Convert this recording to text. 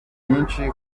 nyinshi